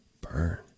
burn